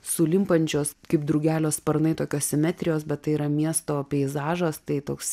sulimpančios kaip drugelio sparnai tokios simetrijos bet tai yra miesto peizažas tai toks